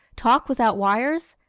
talk without wires?